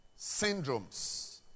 syndromes